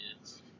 Yes